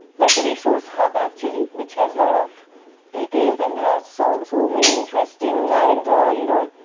like a resource hub actually, which has lot of details, and there are so so many interesting and you know